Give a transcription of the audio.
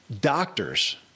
Doctors